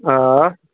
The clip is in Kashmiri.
آ